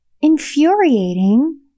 infuriating